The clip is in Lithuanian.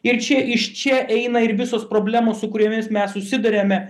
ir čia iš čia eina ir visos problemos su kuriomis mes susiduriame